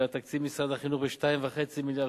הגדלת תקציב משרד החינוך ב-2.5 מיליארד